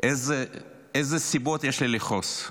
איזה סיבות יש לי לכעוס.